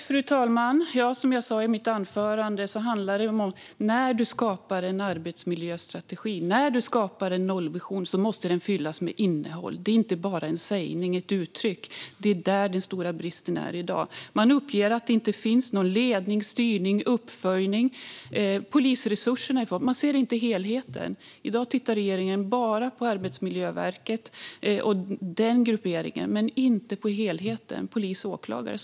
Fru talman! Som jag sa i mitt anförande handlar det om att man måste fylla en arbetsmiljöstrategi eller nollvision med innehåll när man skapar den. Detta är inte bara något man kan säga. Det är här den stora bristen finns i dag. Man uppger att det inte finns någon ledning, styrning eller uppföljning. Polisresurserna är för små. Man ser inte helheten. I dag tittar regeringen bara på Arbetsmiljöverket och dess gruppering, men inte på helheten med polis och åklagare.